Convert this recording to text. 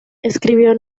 escribió